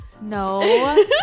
No